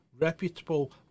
reputable